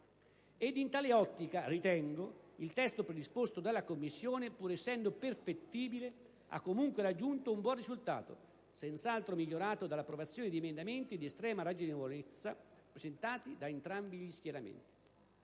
In tale ottica, ritengo, il testo predisposto dalla Commissione, pur essendo perfettibile, ha comunque raggiunto un buon risultato, senz'altro migliorato dall'approvazione di emendamenti di estrema ragionevolezza presentati da entrambi gli schieramenti.